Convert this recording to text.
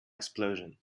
explosion